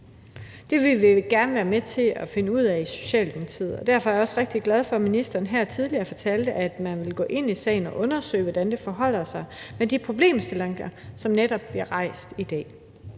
Det vil vi gerne være med til at finde ud af i Socialdemokratiet, og derfor er jeg også rigtig glad for, at ministeren her tidligere fortalte, at man vil gå ind i sagen og undersøge, hvordan det forholder sig med de problemstillinger, som netop bliver rejst i dag.